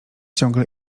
ciągle